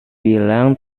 bilang